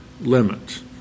limits